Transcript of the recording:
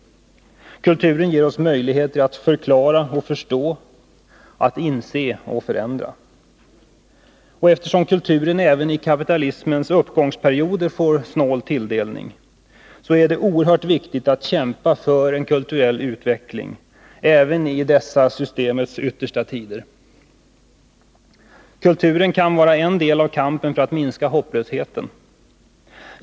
Kulturen ger oss möjligheter att förklara och förstå, att inse och förändra. Och eftersom kulturen även i kapitalismens uppgångsperioder får snål tilldelning, så är det oerhört viktigt att kämpa för en kulturell utveckling även i dessa det kapitalistiska systemets yttersta tider. Kulturen kan vara en del av kampen för att minska hopplösheten.